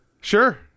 Sure